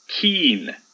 keen